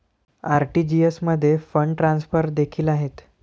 RTGS मध्ये fund transfer देखील आहेत